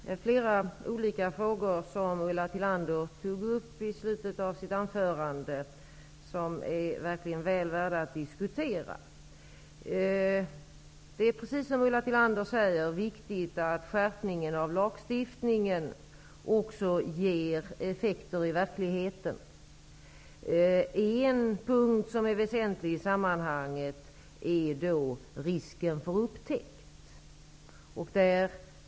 Fru talman! Ulla Tillander tog upp flera olika frågor i slutet av sitt anförande som verkligen är väl värda att diskutera. Precis som Ulla Tillander säger är det viktigt att skärpningen av lagstiftningen även får effekt i verkligheten. En punkt som är väsentlig i sammanhanget är risken för upptäckt.